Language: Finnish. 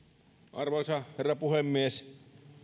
arvoisa herra puhemies